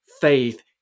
faith